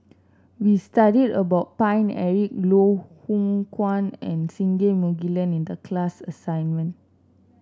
we studied about Paine Eric Loh Hoong Kwan and Singai Mukilan in the class assignment